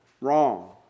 wrong